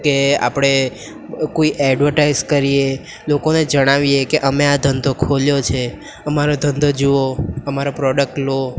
કે આપણે કોઈ એડવર્ટાઇઝ કરીએ લોકોને જણાવીએ કે અમે આ ધંધો ખોલ્યો છે અમારો ધંધો જુઓ અમારા પ્રોડક્ટ લો